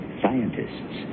scientists